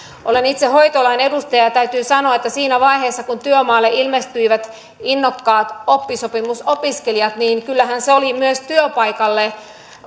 olen itse hoitoalan edustaja ja täytyy sanoa että siinä vaiheessa kun työmaalle ilmestyivät innokkaat oppisopimusopiskelijat niin kyllähän se oli myös työpaikalle